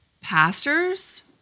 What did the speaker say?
pastors